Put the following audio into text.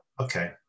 okay